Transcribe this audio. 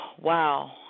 Wow